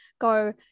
go